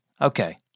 okay